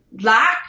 lack